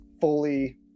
fully